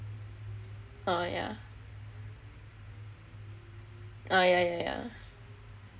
ah yah ah yah yah yah